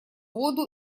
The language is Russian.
воду